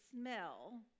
smell